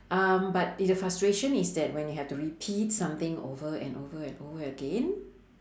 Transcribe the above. um but it's the frustration is that when you have to repeat something over and over and over again